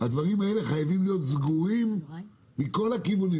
הדברים האלה חייבים להיות סגורים מכל הכיוונים,